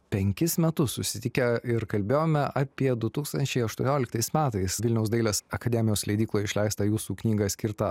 penkis metus susitikę ir kalbėjome apie du tūkstančiai aštuonioliktais metais vilniaus dailės akademijos leidykloj išleistą jūsų knygą skirtą